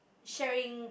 sharing